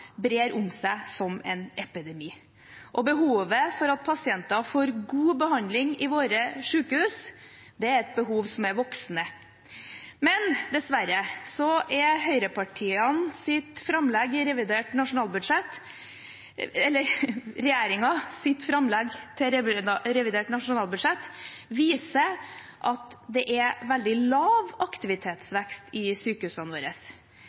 seg som en epidemi. Og behovet for at pasienter får god behandling i våre sykehus, er et behov som er voksende. Dessverre viser regjeringens framlegg til revidert nasjonalbudsjett at det er veldig lav aktivitetsvekst i sykehusene våre. Tar vi høyde for demografikostnader knyttet til befolkningsvekst og vår aldrende befolkning, er